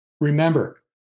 Remember